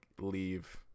leave